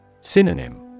Synonym